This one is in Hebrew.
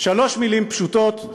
שלוש מילים פשוטת.